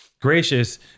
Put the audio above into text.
gracious